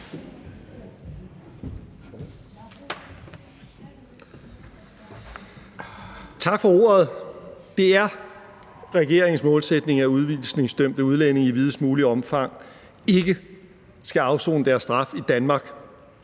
Tak for ordet. Det er regeringens målsætning, at udvisningsdømte udlændinge i videst muligt omfang ikke skal afsone deres straf i Danmark.